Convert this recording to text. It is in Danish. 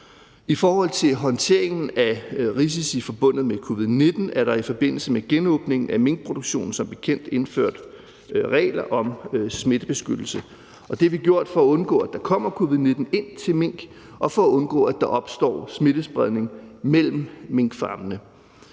I forhold til håndteringen af risici forbundet med covid-19 er der i forbindelse med genåbningen af minkproduktionen som bekendt indført regler om smittebeskyttelse, og det har vi gjort for at undgå, at der kommer covid-19 ind til minkene, og for at undgå, at der opstår smittespredning mellem minkfarmene.